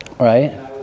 right